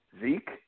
Zeke